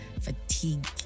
fatigue